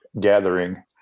gathering